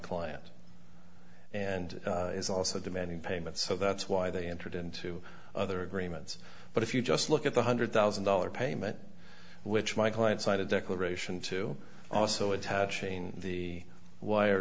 client and is also demanding payment so that's why they entered into other agreements but if you just look at the hundred thousand dollars payment which my client side a declaration to also attaching the wire